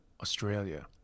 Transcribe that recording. Australia